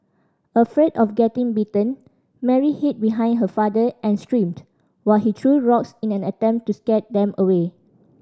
afraid of getting bitten Mary hid behind her father and screamed while he threw rocks in an attempt to scare them away